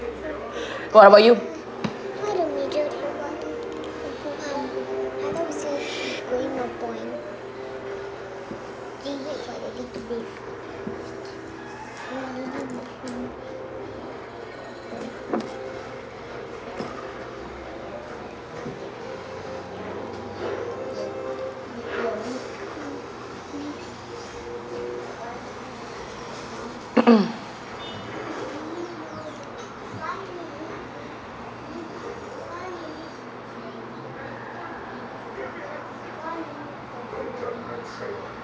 what about you